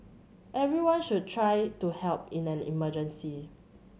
everyone should try to help in an emergency